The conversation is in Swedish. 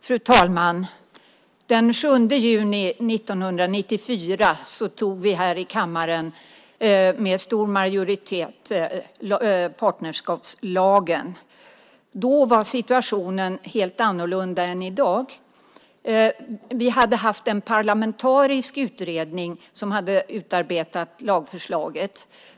Fru talman! Den 7 juni 1994 antog vi här i kammaren med stor majoritet partnerskapslagen. Då var situationen helt annorlunda än i dag. Vi hade haft en parlamentarisk utredning som hade utarbetat lagförslaget.